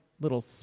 little